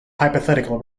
hypothetical